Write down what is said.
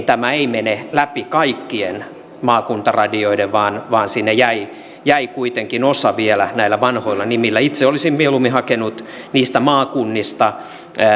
tämä ei mene läpi kaikkien maakuntaradioiden vaan vaan sinne jäi jäi kuitenkin osa vielä näillä vanhoilla nimillä itse olisin mieluimmin hakenut niistä maakunnista